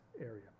area